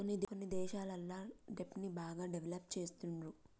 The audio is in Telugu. కొన్ని దేశాలల్ల దెబ్ట్ ని బాగా డెవలప్ చేస్తుండ్రు